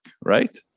right